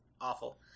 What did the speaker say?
awful